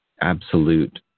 absolute